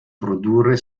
produrre